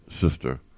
sister